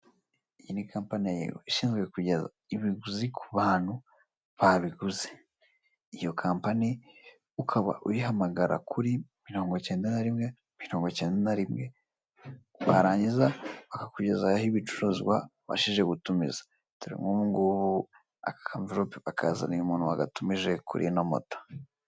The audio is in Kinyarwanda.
Iyi ni kampani ya yego ishinzwe kugeza ibiguzi ku bantu babiguze, iyo kampani ukaba uyihamagara kuri mirongo icyenda na rimwe, mirongo icyenda na rimwe, barangiza bakakugezaho ibicuruzwa wabashije gutumiza. Dore nk'ubungubu aka kanverope bakazaniye umuntu wagatumije kuri ino moto.